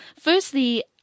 Firstly